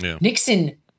Nixon